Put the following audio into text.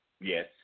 Yes